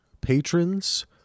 patrons